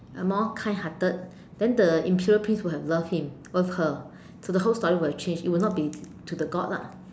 a more kind hearted then the imperial prince will loved him loved her then the whole story will change it will not be to the god lah